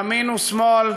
ימין ושמאל,